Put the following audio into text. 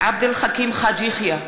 עבד אל חכים חאג' יחיא,